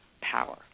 power